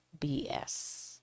bs